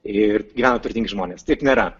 ir gyvena turtingi žmonės taip nėra